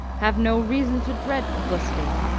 have no reason to dread publicity.